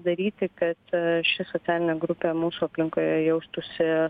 daryti kad ši socialinė grupė mūsų aplinkoje jaustųsi